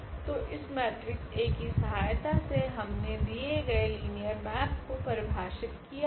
तो इस matrix A की सहायता से हमने दिये गए लिनियर मेप को परिभाषित किया है